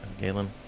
Galen